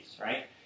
right